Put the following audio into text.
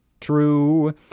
True